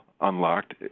unlocked